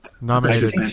Nominated